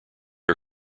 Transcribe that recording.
are